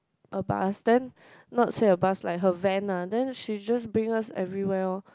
a bus then not say a bus like her Van lah then she just bring us everywhere lor